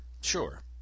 sure